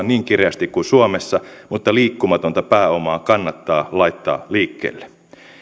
niin kireästi kuin suomessa mutta liikkumatonta pääomaa kannattaa laittaa liikkeelle